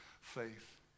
faith